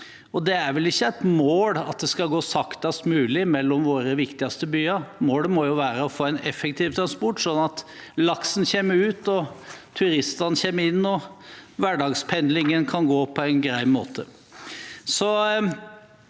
Det er vel ikke et mål at det skal gå saktest mulig mellom våre viktigste byer. Målet må være å få en effektiv transport, sånn at laksen kommer ut og turistene kommer inn og hverdagspendlingen kan gå på en grei måte.